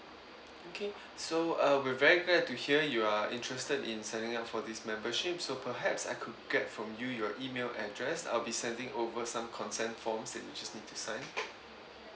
okay so uh we're very glad to hear you are interested in signing up for this membership so perhaps I could get from you your email address I'll be sending over some consent forms and you just need to sign